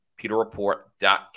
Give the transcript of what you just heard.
PeterReport.com